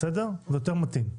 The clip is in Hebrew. זה יותר מתאים,